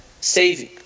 saving